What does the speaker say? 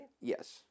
Yes